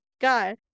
God